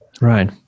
right